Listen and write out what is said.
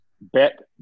bet